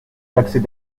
d’accès